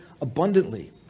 abundantly